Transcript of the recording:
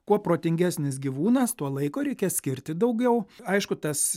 kuo protingesnis gyvūnas tuo laiko reikia skirti daugiau aišku tas